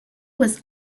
was